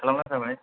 खालामब्लानो जाबाय